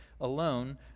alone